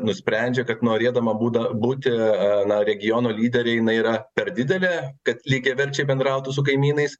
nusprendžia kad norėdama būda būti na regiono lydere jinai yra per didelė kad lygiaverčiai bendrautų su kaimynais